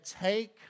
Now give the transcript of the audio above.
take